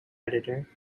editor